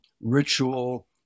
ritual